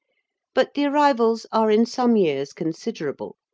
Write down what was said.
but the arrivals are in some years considerable,